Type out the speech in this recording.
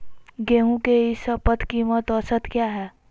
गेंहू के ई शपथ कीमत औसत क्या है?